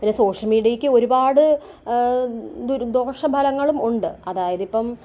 പിന്നെ സോഷ്യൽ മീഡിയയ്ക്ക് ഒരുപാട് ദുരു ദോഷഫലങ്ങളും ഉണ്ട് അതായത് ഇപ്പം